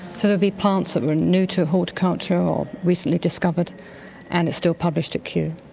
sort of be plants that were new to horticulture or recently discovered and it's still published at kew.